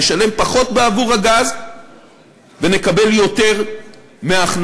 נשלם פחות בעבור הגז ונקבל יותר מההכנסות,